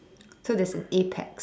so there's the apex